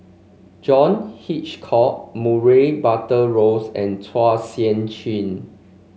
John Hitchcock Murray Buttrose and Chua Sian Chin